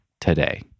today